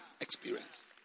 experience